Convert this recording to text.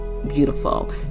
beautiful